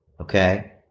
Okay